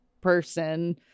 person